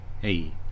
hey